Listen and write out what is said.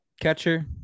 Catcher